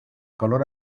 color